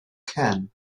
can